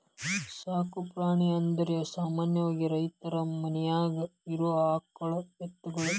ಸಾಕು ಪ್ರಾಣಿ ಅಂದರ ಸಾಮಾನ್ಯವಾಗಿ ರೈತರ ಮನ್ಯಾಗ ಇರು ಆಕಳ ಎತ್ತುಗಳು